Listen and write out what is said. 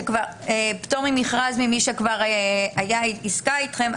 פטור ממכרז ממי כבר היה בעסקה איתכם,